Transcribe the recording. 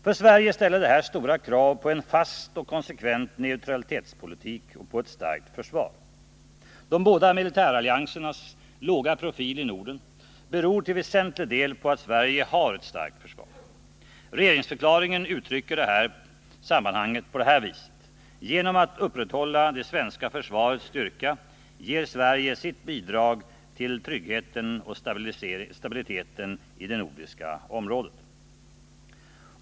För Sverige ställer detta stora krav på en fast och konsekvent neutralitetspolitik och ett starkt försvar. De båda militäralliansernas låga profil i Norden beror till väsentlig del på att Sverige har ett starkt försvar. Regeringsförklaringen uttrycker detta samband så här: ”Genom att upprätthålla det svenska försvarets styrka ger Sverige sitt bidrag till tryggheten och stabiliteten i det nordiska området”.